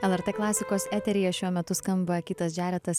lrt klasikos eteryje šiuo metu skamba kitas džaretas